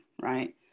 right